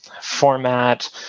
format